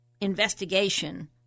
investigation